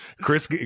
Chris